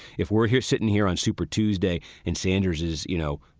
if we're here sitting here on super tuesday and sanders is, you know,